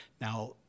now